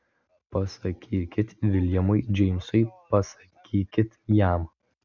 pasakykit viljamui džeimsui pasakykit jam